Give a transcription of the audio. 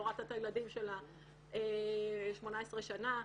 לא ראתה את הילדים שלה 18 שנה,